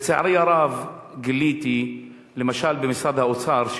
לצערי הרב גיליתי שלמשל במשרד האוצר,